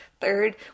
Third